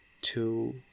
two